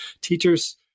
Teachers